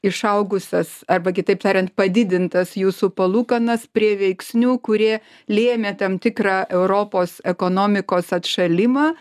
išaugusias arba kitaip tariant padidintas jūsų palūkanas prie veiksnių kurie lėmė tam tikrą europos ekonomikos atšalimą